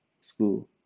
school